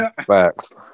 Facts